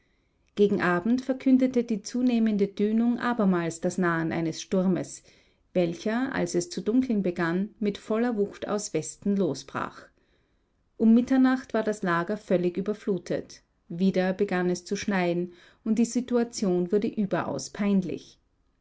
gegen abend verkündete die zunehmende dünung abermals das nahen eines sturmes welcher als es zu dunkeln begann mit voller wucht aus westen losbrach um mitternacht war das lager völlig überflutet wieder begann es zu schneien und die situation wurde überaus peinlich